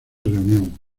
reunión